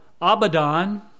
Abaddon